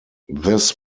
this